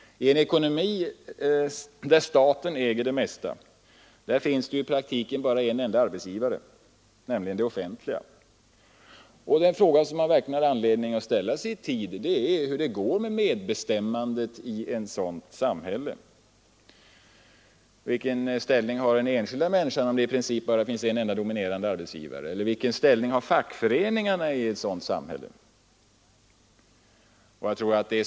I en ekonomi där staten äger det mesta finns det i praktiken bara en arbetsgivare, den offentliga sektorn. Den fråga som man rätteligen har anledning att ställa sig i tid är hur det går med medbestämmandet i ett sådant samhälle. Vilken ställning har den enskilda människan om det i princip bara finns en enda dominerande arbetsgivare? Vilken ställning har fackföreningarna i ett sådant samhälle?